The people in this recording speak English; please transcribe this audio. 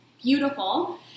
beautiful